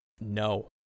no